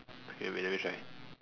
okay wait let me try